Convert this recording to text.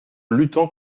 luttant